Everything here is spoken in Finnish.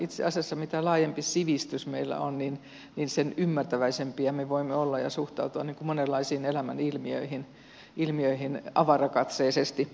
itse asiassa mitä laajempi sivistys meillä on sen ymmärtäväisempiä me voimme olla ja niin voimme suhtautua monenlaisiin elämän ilmiöihin avarakatseisesti